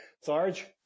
Sarge